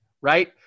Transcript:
right